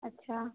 अच्छा